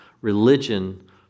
religion